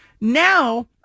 now